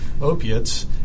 opiates